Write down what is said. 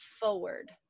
forward